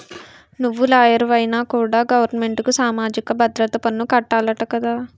నువ్వు లాయరువైనా కూడా గవరమెంటుకి సామాజిక భద్రత పన్ను కట్టాలట కదా